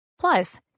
Plus